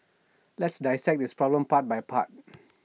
let's dissect this problem part by part